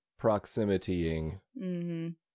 proximitying